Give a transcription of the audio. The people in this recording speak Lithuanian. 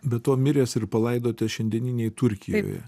be to miręs ir palaidotas šiandieninėj turkijoje